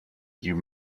you